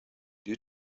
due